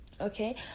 okay